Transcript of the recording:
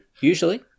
usually